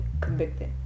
convicted